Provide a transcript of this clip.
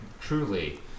truly